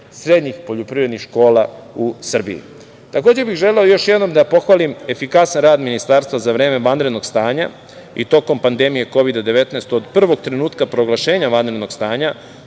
srednjih poljoprivrednih škola u Srbiji. Takođe bih želeo još jednom da pohvalim efikasan rad ministarstva za vreme vanrednog stanja i tokom padnemije Kovida – 19. Od prvog trenutka proglašenja vanrednog stanja